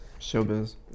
Showbiz